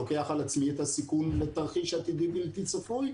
לוקח על עצמי את הסיכון לתרחיש עתידי בלתי צפוי,